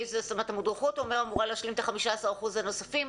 המודרכות אמורה להשלים את ה-15% הנוספים,